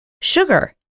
sugar